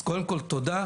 אז קודם כל תודה,